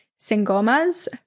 singomas